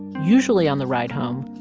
usually on the ride home,